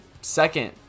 second